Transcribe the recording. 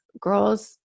Girls